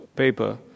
paper